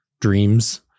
dreams